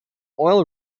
oil